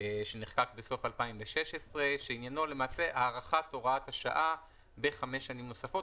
שנחקק בסוף 2016 שעניינו למעשה הארכת הוראת השעה בחמש שנים נוספות.